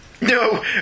No